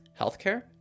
healthcare